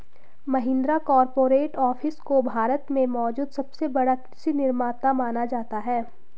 Mahindra corporate office को भारत में मौजूद सबसे बड़ा कृषि निर्माता माना जाता है